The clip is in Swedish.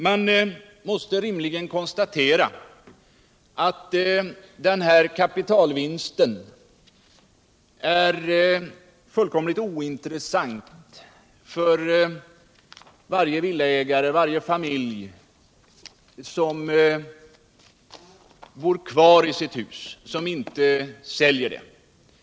Man måste rimligen konstatera att den här kapitalvinsten är fullkomligt ointressant för varje villaägare och för varje familj som bor kvar i sitt hus, som alltså inte säljer det.